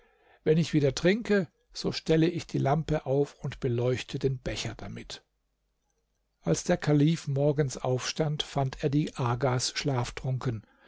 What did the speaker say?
wenn ich wieder trinke so stelle ich die lampe auf und beleuchte den becher damit als der kalif morgens aufstand fand er die agas schlaftrunken